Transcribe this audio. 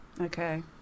Okay